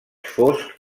fosc